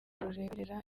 rureberera